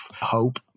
hope